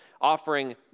offering